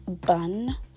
bun